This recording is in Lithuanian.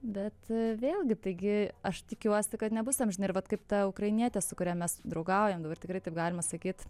bet vėlgi taigi aš tikiuosi kad nebus amžinai ir vat kaip ta ukrainietė su kuria mes draugaujam dabar tikrai taip galima sakyt